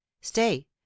stay